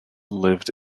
lived